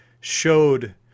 showed